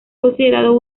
considerado